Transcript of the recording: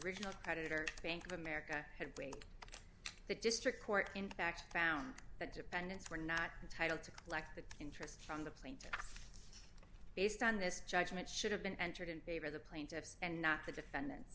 original creditor bank of america had break the district court in fact found that dependents were not entitle to collect the interest from the plant based on this judgment should have been entered in favor of the plaintiffs and not the defendant